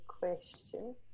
question